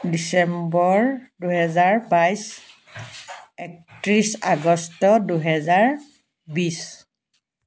ডিচেম্বৰ দুহেজাৰ বাইছ একত্ৰিছ আগষ্ট দুহেজাৰ বিছ